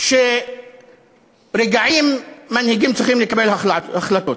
יש רגעים שמנהיגים צריכים לקבל החלטות.